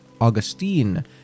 Augustine